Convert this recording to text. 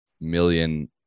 million